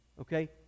Okay